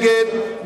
מי נגד?